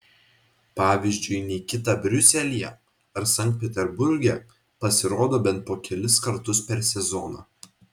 pavyzdžiui nikita briuselyje ar sankt peterburge pasirodo bent po kelis kartus per sezoną